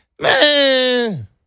Man